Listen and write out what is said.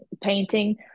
painting